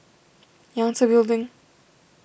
Yangtze Building